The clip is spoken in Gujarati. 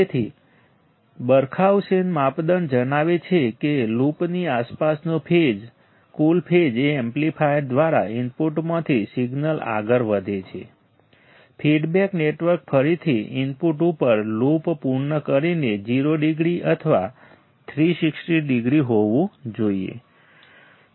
તેથી બરખાઉસેન માપદંડ જણાવે છે કે લૂપની આસપાસનો કુલ ફેઝ એ એમ્પ્લીફાયર દ્વારા ઇનપુટમાંથી સિગ્નલ આગળ વધે છે ફીડબેક નેટવર્ક ફરીથી ઇનપુટ ઉપર લૂપ પૂર્ણ કરીને 0 ડિગ્રી અથવા 360 ડિગ્રી હોવું જોઈએ